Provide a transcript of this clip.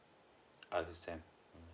understand